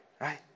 right